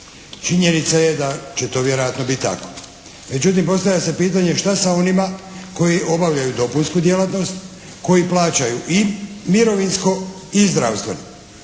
Činjenica je da će to vjerojatno biti tako. Međutim, postavlja se pitanje, šta sa onima koji obavljaju dopunsku djelatnost, koji plaćaju i mirovinsko i zdravstveno.